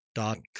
dot